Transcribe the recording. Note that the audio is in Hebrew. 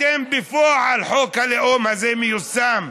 בפועל, חוק הלאום הזה מיושם.